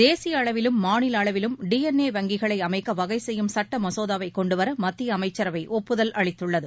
தேசிய அளவிலும் மாநில அளவிலும் டி என் ஏ வங்கிகளை அமைக்க வகை செய்யும் சட்ட மசோதாவைக் கொண்டுவர மத்திய அமைச்சரவை ஒப்புதல் அளித்துள்ளது